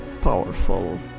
powerful